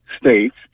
states